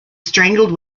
strangled